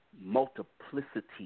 multiplicity